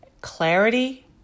clarity